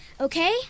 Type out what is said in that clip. okay